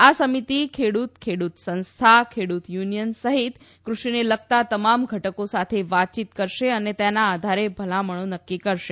આ સમિતિ ખેડૂત ખેડૂત સંસ્થા ખેડૂત યુનિયન સહિત કૃષિને લગતા તમામ ઘટકો સાથે વાતચીત કરશે અને તેના આધારે ભલામણો નક્કી કરશે